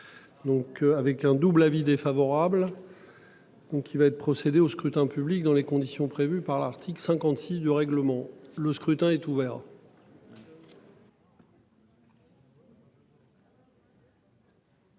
Donc avec un double avis défavorable. Donc il va être procédé au scrutin public dans les conditions prévues par l'article 56 de règlement. Le scrutin est ouvert.